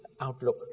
outlook